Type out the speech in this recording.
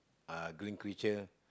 uh green creature